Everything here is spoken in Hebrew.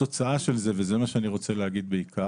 התוצאה של זה, וזה מה שאני רוצה להגיד בעיקר,